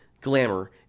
Glamour